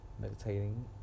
meditating